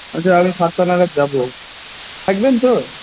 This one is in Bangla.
আচ্ছা আমি সাতটা নাগাদ যাব থাকবেন তো